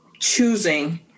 choosing